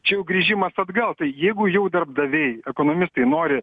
čia jau grįžimas atgal tai jeigu jau darbdaviai ekonomistai nori